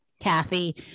Kathy